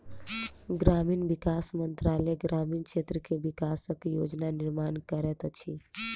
ग्रामीण विकास मंत्रालय ग्रामीण क्षेत्र के विकासक योजना निर्माण करैत अछि